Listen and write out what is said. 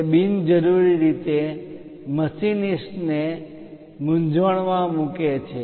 તે બિનજરૂરી રીતે મશિનિસ્ટને machinist યંત્ર-ચાલક મૂંઝવણમાં મૂકે છે